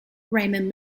raymond